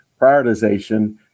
prioritization